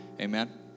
Amen